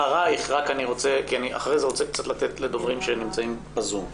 אחרי זה אני רוצה לתת לדוברים שנמצאים בזום.